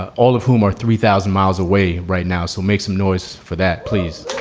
ah all of whom are three thousand miles away right now. so make some noise for that, please